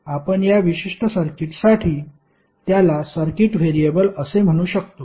आपण या विशिष्ट सर्किटसाठी त्याला सर्किट व्हेरिएबल असे म्हणू शकतो